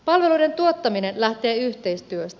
palveluiden tuottaminen lähtee yhteistyöstä